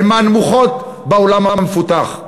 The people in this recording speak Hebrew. הם מהנמוכים בעולם המפותח.